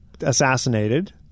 assassinated